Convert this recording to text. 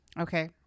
Okay